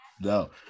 No